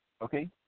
okay